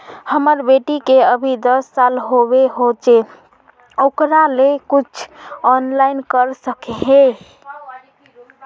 हमर बेटी के अभी दस साल होबे होचे ओकरा ले कुछ ऑनलाइन कर सके है?